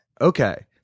Okay